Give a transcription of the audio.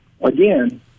again